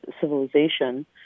civilization